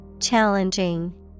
Challenging